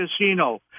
casino